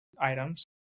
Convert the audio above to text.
items